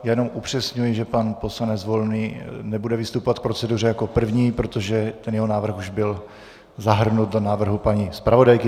Jenom upřesňuji, že pan poslanec Volný nebude vystupovat k proceduře jako první, protože jeho návrh už byl zahrnut do návrhu paní zpravodajky.